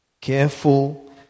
Careful